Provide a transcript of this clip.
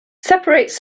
separates